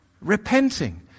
Repenting